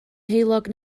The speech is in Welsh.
heulog